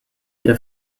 der